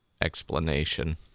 explanation